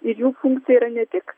ir jų funkcija yra ne tik